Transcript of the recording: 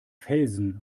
felsen